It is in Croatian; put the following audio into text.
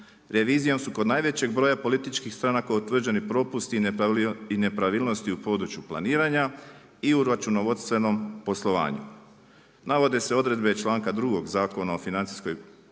Revizijom su kod najvećih broja političkih stranaka utvrđeni propusti i nepravilnosti u području planiranja i u računovodstvenom poslovanju. Navode se odredbe čl.2 Zakona o financiranju